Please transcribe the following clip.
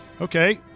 Okay